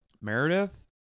Meredith